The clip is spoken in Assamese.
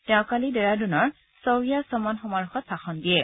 তেওঁ কালি ডেৰাডুনৰ চউৰিয়া চমন সমাৰোহত ভাষণ দিয়ে